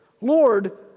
Lord